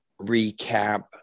recap